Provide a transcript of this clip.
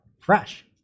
Fresh